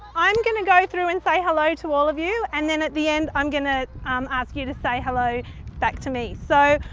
i'm going to go through and say hello to all of you and then at the end i'm going to um ask you to say hello back to me. so,